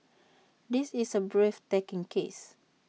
this is A breathtaking case